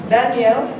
Daniel